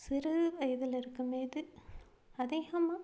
சிறு வயதில் இருக்கும் போது அதிகமாக